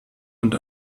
und